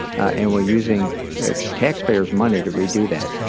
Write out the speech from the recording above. and we're using taxpayers' money to redo that.